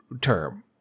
term